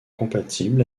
compatible